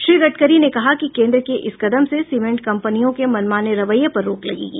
श्री गडकरी ने कहा कि केंद्र के इस कदम से सीमेंट कंपनियों के मनमाने रवैये पर रोक लगेगी